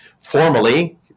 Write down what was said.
formally